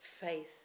faith